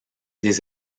des